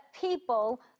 people